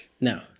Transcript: Now